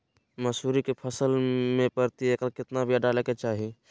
मसूरी के फसल में प्रति एकड़ केतना बिया डाले के चाही?